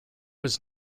was